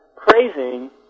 praising